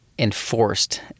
enforced